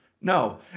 No